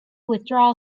withdraw